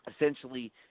essentially